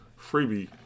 freebie